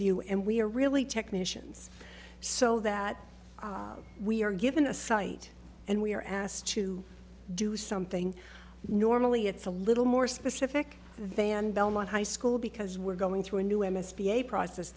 view and we're really technicians so that we are given a site and we're asked to do something normally it's a little more specific than belmont high school because we're going through a new m s p a process